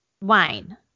wine